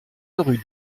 rue